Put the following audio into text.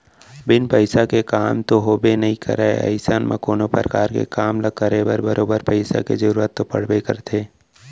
बिन पइसा के काम तो होबे नइ करय अइसन म कोनो परकार के काम ल करे बर बरोबर पइसा के जरुरत तो पड़बे करथे